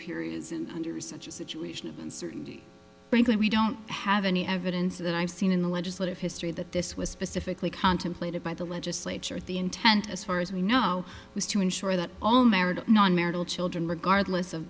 periods and under such a situation of uncertainty frankly we don't have any evidence that i've seen in the legislative history that this was specifically contemplated by the legislature the intent as far as we know was to ensure that all marriage non marital children regardless of